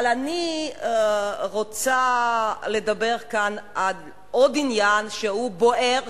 אבל אני רוצה לדבר כאן על עוד עניין שהוא בוער,